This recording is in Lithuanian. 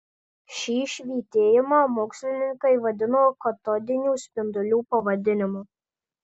šį švytėjimą mokslininkai vadino katodinių spindulių pavadinimu